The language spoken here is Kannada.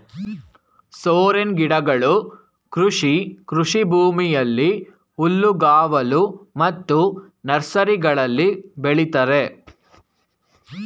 ಸೋರೆನ್ ಗಿಡಗಳು ಕೃಷಿ ಕೃಷಿಭೂಮಿಯಲ್ಲಿ, ಹುಲ್ಲುಗಾವಲು ಮತ್ತು ನರ್ಸರಿಗಳಲ್ಲಿ ಬೆಳಿತರೆ